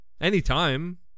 anytime